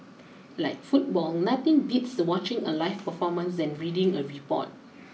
like football nothing beats watching a live performance than reading a report